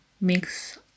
mix